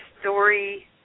story